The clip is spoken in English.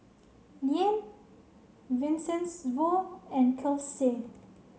Vincenzo and Kelsey